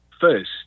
first